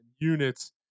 units